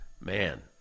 man